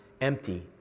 empty